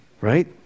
Right